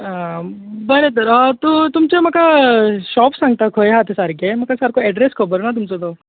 बरें तर तूं तुमचें म्हाका शॉप सांगता खंय आहा तें सारकें म्हाका सारको एड्रस खबरना तुमचो तो